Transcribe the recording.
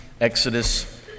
Exodus